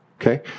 okay